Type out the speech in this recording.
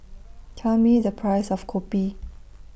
Tell Me The Price of Kopi